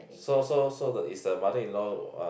so so so the is the mother-in-law uh